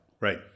Right